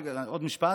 רגע, עוד משפט.